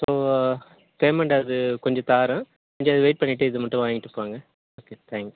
so payment அது கொஞ்சம் தாரேன் கொஞ்சம் வெயிட் பண்ணிட்டு இது மட்டும் வாங்கிட்டு போங்க ஓகே தேங்க்ஸ்